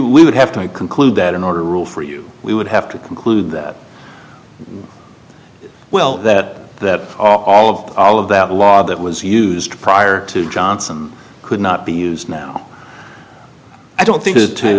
we would have to conclude that in order to rule for you we would have to conclude that well that that all of all of that law that was used prior to johnson could not be used now i don't think